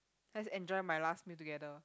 let's enjoy my last meal together